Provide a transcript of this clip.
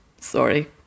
Sorry